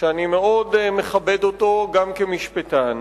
שאני מאוד מכבד, גם כמשפטן,